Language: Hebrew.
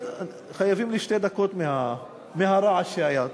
חייבים לי שתי דקות מהרעש שהיה.